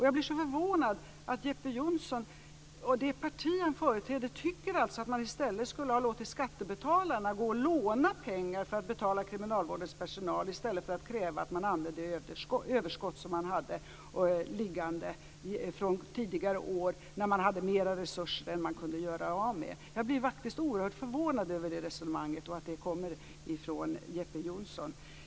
Jag blir så förvånad över att Jeppe Johnsson och det parti som han företräder tycker att man skulle ha låtit skattebetalarna gå och låna pengar för att betala kriminalvårdens personal i stället för att kräva att man använde det överskott som man hade liggande från tidigare år, när man hade mer resurser än man kunde göra av med. Jag blir faktiskt oerhört förvånad över det resonemanget, och att det kommer från Jeppe Johnsson.